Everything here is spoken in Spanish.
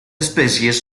especies